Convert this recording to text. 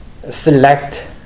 select